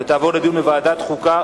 ותעבור לדיון בוועדת החוקה,